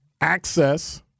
access